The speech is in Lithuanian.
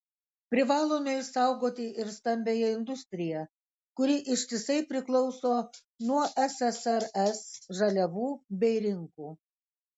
privalome išsaugoti ir stambiąją industriją kuri ištisai priklauso nuo ssrs žaliavų bei rinkų